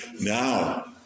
Now